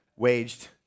Waged